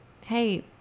hey